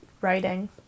writing